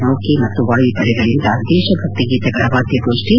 ನೌಕೆ ಮತ್ತು ವಾಯುಪಡೆಗಳಿಂದ ದೇಶಭಕ್ತಿ ಗೀತೆಗಳ ವಾದ್ಗೋಷ್ಟಿ